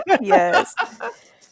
Yes